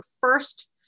first